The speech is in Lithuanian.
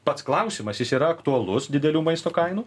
pats klausimas jis yra aktualus didelių maisto kainų